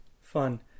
fun